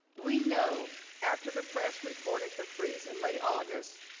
we know after the press reported the freeze in late august,